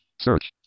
Search